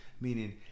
meaning